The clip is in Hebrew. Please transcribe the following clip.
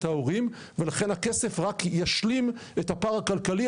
ההורים ולכן הכסף רק ישלים את הפער הכלכלי,